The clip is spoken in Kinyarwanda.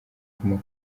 guma